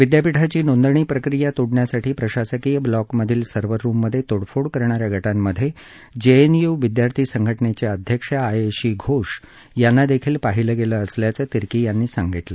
विद्यापीठाची नोंदणी प्रक्रिया तोडण्यासाठी प्रशासकीय ब्लॉकमधील सर्व्हर रूममध्ये तोडफोड करणाऱ्या गटांमध्ये जेएनयू विद्यार्थी संघटनेच्या अध्यक्षा आयेशी घोष यांना देखील पाहिलं गेलं असल्याचं तिर्की यांनी सांगितलं